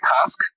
task